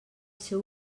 seu